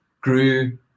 grew